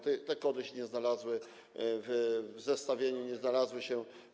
Te kody się nie znalazły w zestawieniu, nie znalazły się.